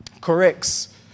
corrects